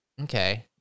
Okay